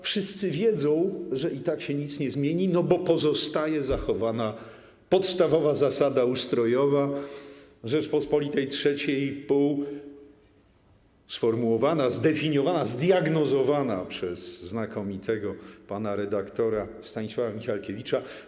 Wszyscy wiedzą, że i tak się nic nie zmieni, bo pozostaje zachowana podstawowa zasada ustrojowa w Rzeczypospolitej III i pół sformułowana, zdefiniowana i zdiagnozowana przez znakomitego pana redaktora Stanisława Michalkiewicza.